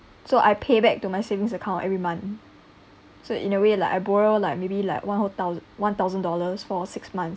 so I pay back to my savings account every month so in a way like I borrow like maybe like one whole thous~ one thousand dollars for six months